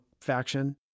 faction